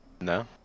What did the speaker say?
No